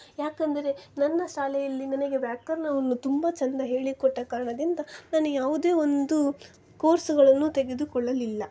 ಯಾಕೆಂದರೆ ನನ್ನ ಶಾಲೆಯಲ್ಲಿ ನನಗೆ ವ್ಯಾಕರಣವನ್ನು ತುಂಬ ಚೆಂದ ಹೇಳಿಕೊಟ್ಟ ಕಾರಣದಿಂದ ನಾನು ಯಾವುದೇ ಒಂದು ಕೋರ್ಸ್ಗಳನ್ನು ತೆಗೆದುಕೊಳ್ಳಲಿಲ್ಲ